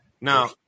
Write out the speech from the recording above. Now